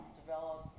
develop